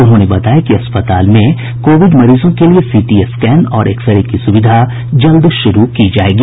उन्होंने बताया कि अस्पताल में कोविड मरीजों को लिए सीटी स्कैन और एक्स रे की सुविधा जल्द शुरू की जायेगी